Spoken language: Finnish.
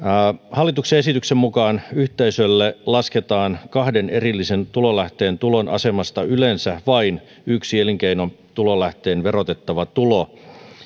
hallituksen esityksen mukaan yhteisölle lasketaan kahden erillisen tulolähteen tulon asemasta yleensä vain yksi elinkeinotulolähteen verotettava tulo